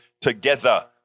together